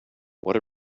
what